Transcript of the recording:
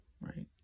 right